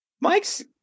Mike's